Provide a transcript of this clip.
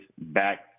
back